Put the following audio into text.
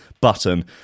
button